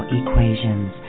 equations